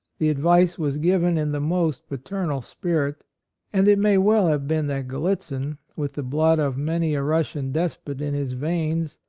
the advice was given in the most paternal spirit and it may well have been that gallitzin, with the blood of many a russian despot in his veins,